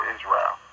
Israel